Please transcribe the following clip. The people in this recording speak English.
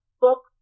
book